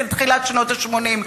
של תחילת שנות ה-80,